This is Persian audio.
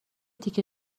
تیکه